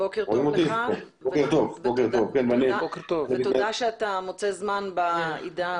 בוקר טוב לך ותודה שאתה מוצא זמן בעת